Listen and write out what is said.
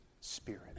spirit